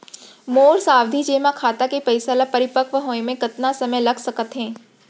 मोर सावधि जेमा खाता के पइसा ल परिपक्व होये म कतना समय लग सकत हे?